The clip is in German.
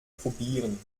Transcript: probieren